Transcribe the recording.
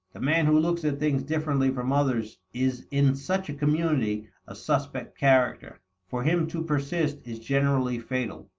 the man who looks at things differently from others is in such a community a suspect character for him to persist is generally fatal.